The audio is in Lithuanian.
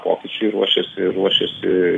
pokyčiui ruošiasi ruošiasi